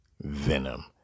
Venom